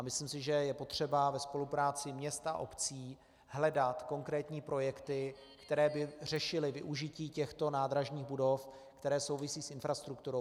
Myslím, že je potřeba ve spolupráci měst a obcí hledat konkrétní projekty, které by řešily využití těchto nádražních budov, které souvisejí s infrastrukturou.